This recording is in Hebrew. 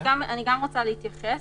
אני גם רוצה להתייחס.